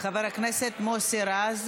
חבר הכנסת מוסי רז